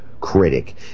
critic